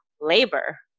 labor